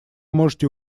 можете